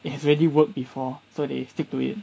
it already work before so they stick to it